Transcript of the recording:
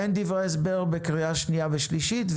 אין דברי הסבר בקריאה שנייה ושלישית,